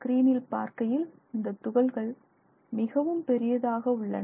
ஸ்க்ரீனில் பார்க்கையில் இந்த துகள்கள் மிகவும் பெரியதாக உள்ளன